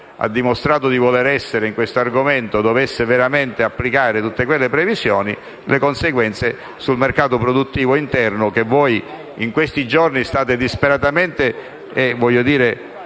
ha dimostrato di voler essere su questo argomento, volesse veramente applicare tutte quelle previsioni, vi sarebbero delle conseguenze sul mercato produttive interno (che voi in questi giorni state disperatamente difendendo,